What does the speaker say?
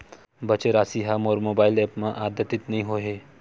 बचे राशि हा मोर मोबाइल ऐप मा आद्यतित नै होए हे